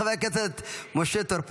חבר הכנסת משה טור פז,